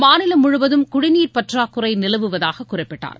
மாநிலம் முழுவதும் குடிநீர் பற்றாக்குறை நிலவுவதாகக் குறிப்பிட்டார்